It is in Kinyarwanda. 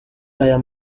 aya